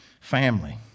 family